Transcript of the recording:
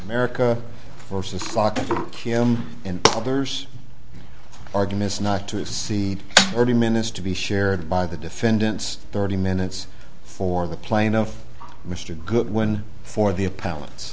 america versus locking him in others arguments not to exceed thirty minutes to be shared by the defendants thirty minutes for the plaintiff mr goodwin for the